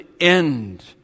end